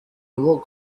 nur